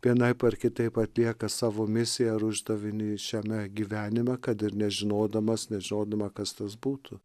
vienaip ar kitaip atlieka savo misiją ar uždavinį šiame gyvenime kad ir nežinodamas nežinodama kas tas būtų